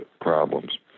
problems